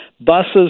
buses